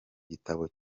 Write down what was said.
gitabo